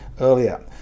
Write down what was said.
earlier